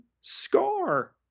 Scar